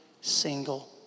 single